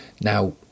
now